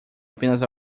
apenas